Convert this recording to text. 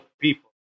people